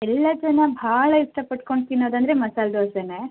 ಎಲ್ಲ ಜನ ಭಾಳ ಇಷ್ಟಪಡ್ಕೊಂಡು ತಿನ್ನೋದು ಅಂದರೆ ಮಸಾಲೆ ದೋಸೇನೆ